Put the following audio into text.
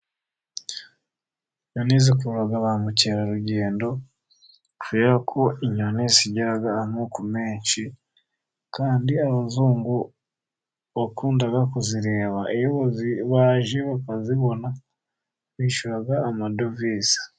Inyamaswa zikurura ba mukerarugendo, kubera ko inyoni zigira amoko menshi, kandi abazungu bakunda kuzireba , iyo baje bakazibona bishyura amadovize.